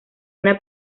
una